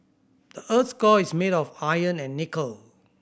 the earth's core is made of iron and nickel